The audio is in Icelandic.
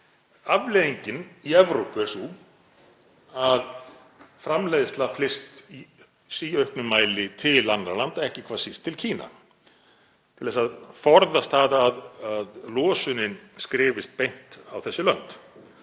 afleiðingin í Evrópu er sú að framleiðsla flyst í síauknum mæli til annarra landa, ekki hvað síst til Kína til að forðast það að losunin skrifist beint á þessi lönd.